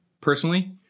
personally